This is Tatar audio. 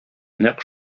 нәкъ